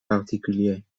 particulières